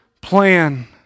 plan